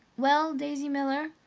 well, daisy miller,